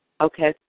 Okay